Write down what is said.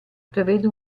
prevede